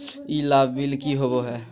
ई लाभ बिल की होबो हैं?